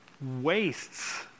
wastes